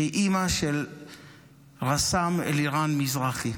שהיא אימא של רס"מ אלירן מזרחי,